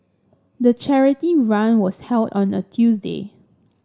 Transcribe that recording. the charity run was held on a Tuesday